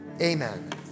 Amen